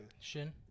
Shin